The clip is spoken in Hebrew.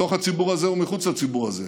בתוך הציבור הזה ומחוץ לציבור הזה,